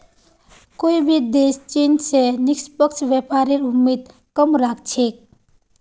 कोई भी देश चीन स निष्पक्ष व्यापारेर उम्मीद कम राख छेक